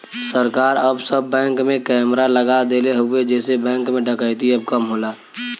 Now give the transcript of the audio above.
सरकार अब सब बैंक में कैमरा लगा देले हउवे जेसे बैंक में डकैती अब कम होला